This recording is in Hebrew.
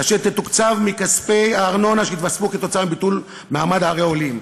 אשר תתוקצב מכספי הארנונה שהתווספו עקב ביטול מעמד ערי עולים.